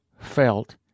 felt